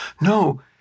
No